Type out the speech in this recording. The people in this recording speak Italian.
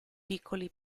piccoli